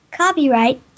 copyright